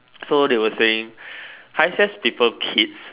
so they were saying high S_E_S people kids